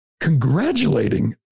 congratulating